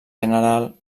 general